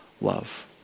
love